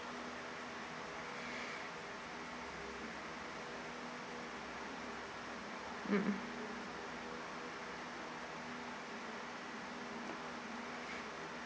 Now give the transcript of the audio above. mm mm